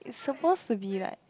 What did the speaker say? it's suppose to be like